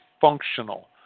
functional